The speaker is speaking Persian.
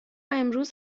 امروز